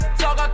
talk